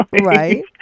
Right